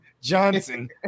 Johnson